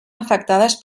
afectades